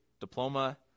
diploma